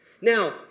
Now